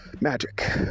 magic